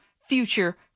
future